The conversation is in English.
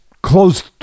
close